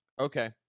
Okay